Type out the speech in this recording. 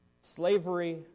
Slavery